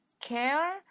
care